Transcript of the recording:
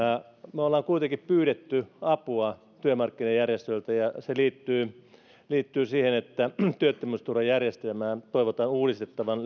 me olemme kuitenkin pyytäneet apua työmarkkinajärjestöiltä se liittyy liittyy siihen että työttömyysturvajärjestelmää toivotaan uudistettavan